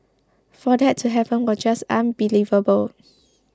for that to happen was just unbelievable